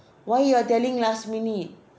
why your telling last minute